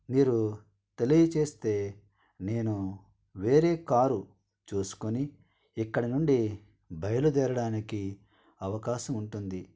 మీరు తెలియజేస్తే నేను వేరే కారు చూసుకొని ఇక్కడి నుండి బయలుదేరడానికి అవకాశం ఉంటుంది